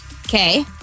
Okay